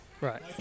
Right